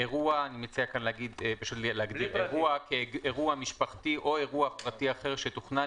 "אירוע" אירוע משפחתי או אירוע פרטי אחר שתוכנן